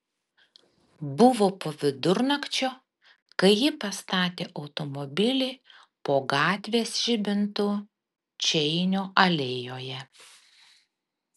buvo po vidurnakčio kai ji pastatė automobilį po gatvės žibintu čeinio alėjoje